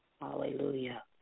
Hallelujah